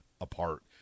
apart